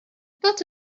thought